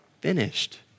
finished